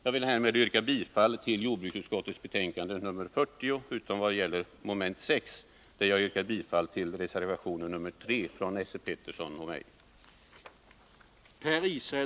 Jag vill härmed yrka bifall till jordbruksutskottets hemställan i dess betänkande nr 40, utom vad gäller mom. 6, där jag yrkar bifall till reservation 3